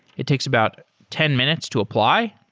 it takes about ten minutes to apply.